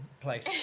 place